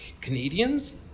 Canadians